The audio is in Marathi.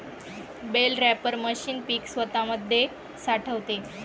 बेल रॅपर मशीन पीक स्वतामध्ये साठवते